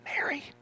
Mary